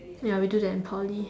ya we do that in Poly